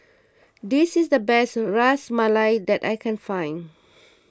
this is the best Ras Malai that I can find